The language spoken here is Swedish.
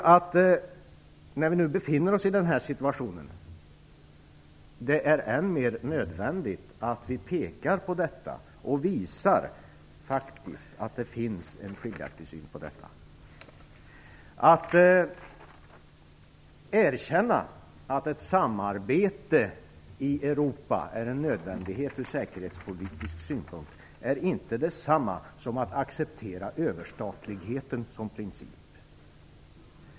När vi nu befinner oss i den här situationen tror jag att det är än mer nödvändigt att vi pekar på detta och faktiskt visar att det finns en skiljaktig syn. Att erkänna att ett samarbete i Europa är en nödvändighet ur säkerhetspolitisk synpunkt är inte detsamma som att acceptera överstatligheten som princip.